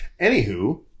Anywho